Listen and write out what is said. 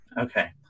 Okay